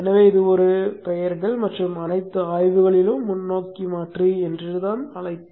எனவே இது ஒரு பெயரிடல் மற்றும் அனைத்து ஆய்வுகளிலும் முன்னோக்கி மாற்றி என்று அழைக்கப்படுகிறது